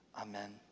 Amen